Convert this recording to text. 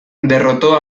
derrotó